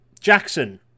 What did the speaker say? Jackson